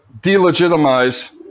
delegitimize